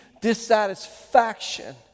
dissatisfaction